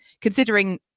considering